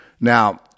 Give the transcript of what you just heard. Now